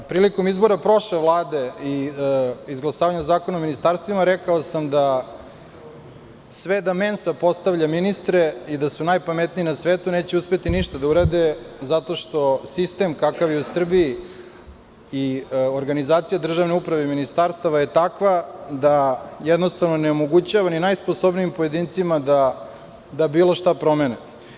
Prilikom izbora prošle Vlade i izglasavanja Zakona o ministarstvima, rekao sam da sve da Mensa postavlja ministre i da su najpametniji na svetu, neće uspeti ništa da urade zato što sistem kakav je u Srbiji i organizacija državne uprave i ministarstava je takva da jednostavno ne omogućava ni najsposobnijim pojedincima da bilo šta promene.